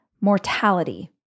mortality